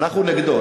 אנחנו נגדו,